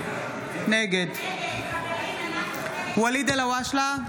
נגד ואליד אלהואשלה,